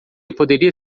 poderia